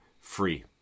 free